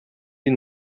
die